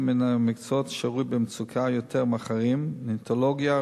מן המקצועות שרוי במצוקה יותר מהאחרים: נאונטולוגיה,